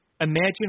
imagine